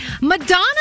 Madonna